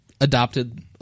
adopted